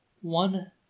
One